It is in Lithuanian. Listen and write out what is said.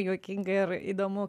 juokinga ir įdomu